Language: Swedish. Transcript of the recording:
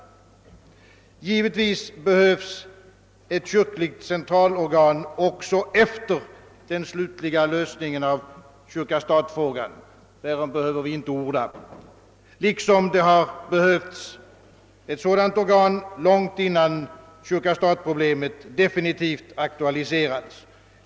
Givetvis behövs ett kyrkligt centralorgan också efter den slutliga lösningen av kyrka—stat-frågan — därom behöver vi inte orda — liksom det har behövts ett sådant organ långt innan kyrka— stat-problemet definitivt aktualiserades.